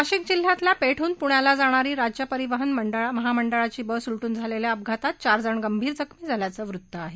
नाशिक जिल्ह्यातल्या पेठहून पुण्याला जाणारी राज्य परिवहन महामंडळाची बस उलटून झालेल्या अपघातात चार जण गंभीर जखमी झाल्याचं वृत्त आहे